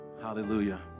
Hallelujah